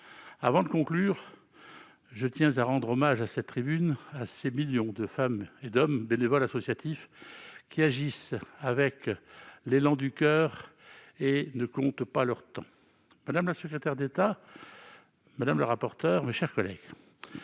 Avant de conclure, je tiens à rendre hommage, à cette tribune, aux millions de femmes et d'hommes, bénévoles associatifs, qui agissent avec l'élan du coeur et ne comptent pas leur temps. Madame la secrétaire d'État, madame la rapporteure, mes chers collègues,